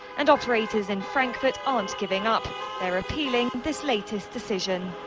and operators in frankfurt aren't giving up. they are appealing this latest decision.